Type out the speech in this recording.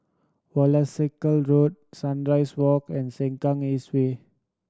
Wolskel Road Sunrise Walk and Sengkang East Way